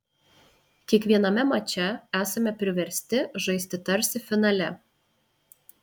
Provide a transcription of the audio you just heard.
kiekviename mače esame priversti žaisti tarsi finale